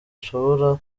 nashobora